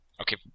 Okay